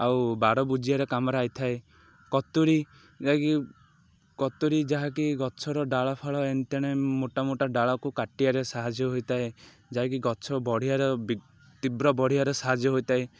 ଆଉ ବାଡ଼ ବୁଜିବାର କାମରେ ଆସିଥାଏ କତୁୁରୀ ଯାହାକି କତୁୁରୀ ଯାହାକି ଗଛର ଡାଳ ଫାଳ ଏଣେ ତେଣେ ମୋଟା ମୋଟା ଡାଳକୁ କାଟିବାରେ ସାହାଯ୍ୟ ହୋଇଥାଏ ଯାହାକି ଗଛ ବଢ଼ିବାର ତୀବ୍ର ବଢ଼ିବାରେ ସାହାଯ୍ୟ ହୋଇଥାଏ